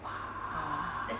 !wah!